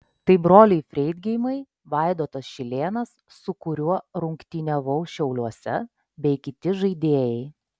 tai broliai freidgeimai vaidotas šilėnas su kuriuo rungtyniavau šiauliuose bei kiti žaidėjai